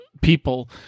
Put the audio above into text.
people